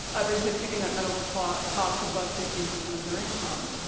ah basically picking up medical ah costs above fifteen percent of their income.